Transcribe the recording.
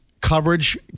coverage